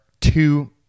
two